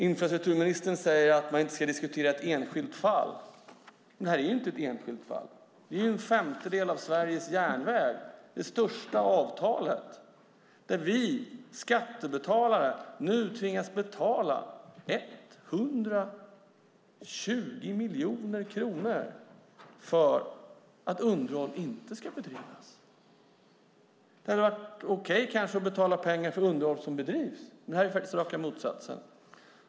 Infrastrukturministern säger att man inte ska diskutera ett enskilt fall. Men detta är inte ett enskilt fall. Det gäller en femtedel av Sveriges järnväg. Det är det största avtalet. Vi skattebetalare tvingas nu betala 120 miljoner kronor för att underhåll inte ska bedrivas. Det hade kanske varit okej att betala pengar för underhåll som bedrivs, men detta är raka motsatsen.